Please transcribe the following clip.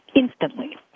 instantly